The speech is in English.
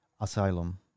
asylum